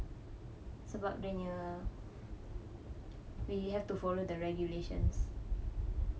sebab dianya we have to follow the regulations